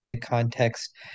context